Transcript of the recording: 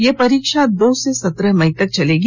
यह परीक्षा दो से सत्रह मई तक चलेगी